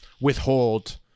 withhold